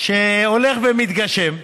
שהולך ומתגשם,